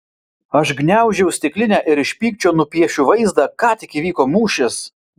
aš gniaužau stiklinę ir iš pykčio nupiešiu vaizdą ką tik įvyko mūšis